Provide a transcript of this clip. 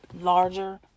larger